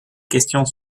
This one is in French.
questions